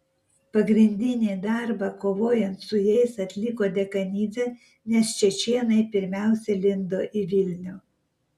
pagrindinį darbą kovojant su jais atliko dekanidzė nes čečėnai pirmiausia lindo į vilnių